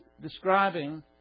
describing